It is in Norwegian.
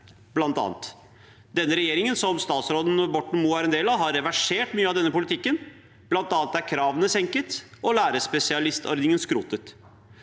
lærere, bl.a. Regjeringen Borten Moe er en del av, har reversert mye av denne politikken. Blant annet er kravene senket og lærerspesialistordningen skrotet.